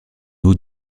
eau